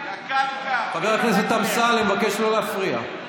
חבר הכנסת אמסלם, אני מבקש לא להפריע.